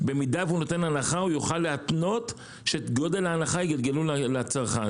במידה והוא נותן הנחה הוא יוכל להתנות שאת גודל ההנחה יגלגלו לצרכן.